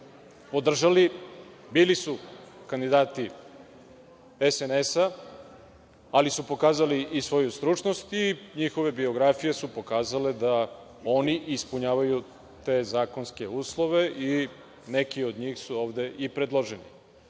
podržali. Bili su kandidati SNS, ali su pokazali i svoju stručnost i njihove biografije su pokazale da oni ispunjavaju te zakonske uslove i neki od njih su ovde i predloženi.